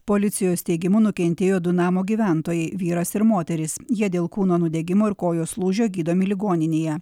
policijos teigimu nukentėjo du namo gyventojai vyras ir moteris jie dėl kūno nudegimo ir kojos lūžio gydomi ligoninėje